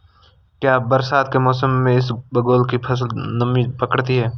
क्या बरसात के मौसम में इसबगोल की फसल नमी पकड़ती है?